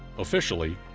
officially,